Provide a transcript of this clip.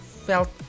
Felt